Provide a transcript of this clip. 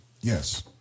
yes